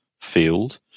field